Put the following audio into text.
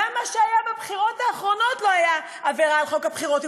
גם מה שהיה בבחירות האחרונות לא היה עבירה על חוק הבחירות,